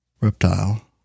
Reptile